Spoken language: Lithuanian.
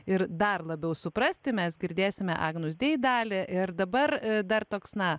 ir dar labiau suprasti mes girdėsime agnus dei dalį ir dabar dar toks na